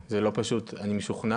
זה לא פשוט, אני משוכנע.